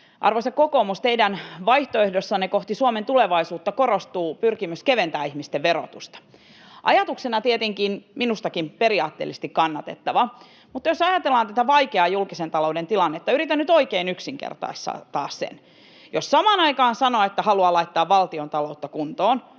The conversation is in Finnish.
arvoisa kokoomus, teidän vaihtoehdossanne kohti Suomen tulevaisuutta korostuu pyrkimys keventää ihmisten verotusta. Ajatuksena se on tietenkin minustakin periaatteellisesti kannatettava, mutta jos ajatellaan tätä vaikeaa julkisen talouden tilannetta — yritän nyt oikein yksinkertaistaa sen — niin jos samaan aikaan sanoo, että haluaa laittaa valtiontaloutta kuntoon